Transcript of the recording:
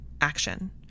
action